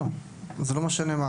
זה לא משנה.